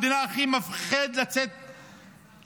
נהפכה למדינה שהכי מפחיד לצאת בה לרחוב.